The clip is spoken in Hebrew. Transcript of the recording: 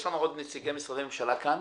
יש לנו עוד נציגי משרדי ממשלה כאן?